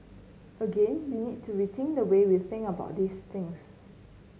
again we need to rethink the way we think about these things